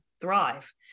thrive